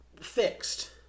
fixed